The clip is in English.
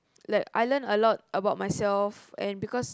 like I learnt a lot about myself and because